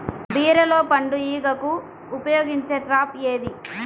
బీరలో పండు ఈగకు ఉపయోగించే ట్రాప్ ఏది?